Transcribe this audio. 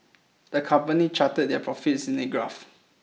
the company charted their profits in the graph